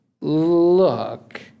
look